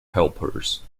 helpers